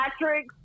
patrick